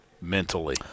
mentally